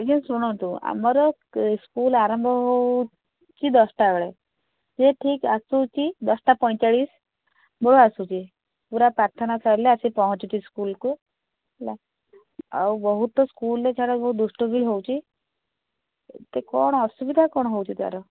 ଆଜ୍ଞା ଶୁଣନ୍ତୁ ଆମର ସ୍କୁଲ ଆରମ୍ଭ ହେଉ ହେଉ କି ଦଶଟା ବେଳେ ସେ ଠିକ୍ ଆସୁଛି ଦଶଟା ପଇଁଚାଳିଶ ବେଳେ ଆସୁଛି ପୁରା ପ୍ରାର୍ଥନା ସରିଲେ ଆସି ପହଞ୍ଚୁଛି ସ୍କୁଲକୁ ହେଲା ଆଉ ବହୁତ୍ ସ୍କୁଲରେ ଦୁଷ୍ଟ ବି ହେଉଛି ଏତେ କ'ଣ ଅସୁବିଧା କ'ଣ ହେଉଛି ତାର